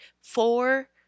four